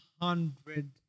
hundred